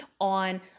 on